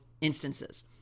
instances